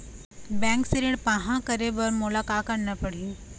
Bank से ऋण पाहां करे बर मोला का करना पड़ही?